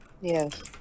Yes